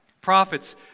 Prophets